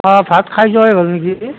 অঁ ভাত খাই যোৱাই ভাল নেকি